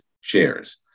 shares